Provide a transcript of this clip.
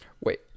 Wait